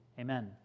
amen